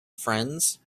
friends